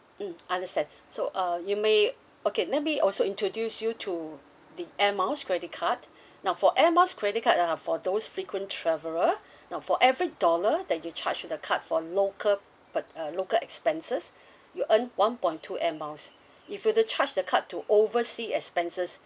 mm understand so uh you may okay let me also introduce you to the air miles credit card now for air miles credit card are for those frequent traveller now for every dollar that you charge the card for local purc~ uh local expenses you earn one point two air miles if you were to charge the card to oversea expenses